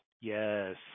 Yes